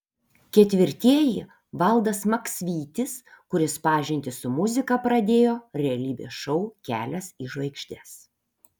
ketvirtieji valdas maksvytis kuris pažintį su muzika pradėjo realybės šou kelias į žvaigždes